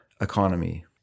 economy